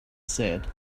said